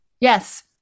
Yes